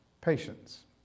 patience